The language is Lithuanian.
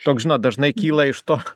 toks žinot dažnai kyla iš to